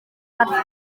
arfer